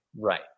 Right